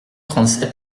trente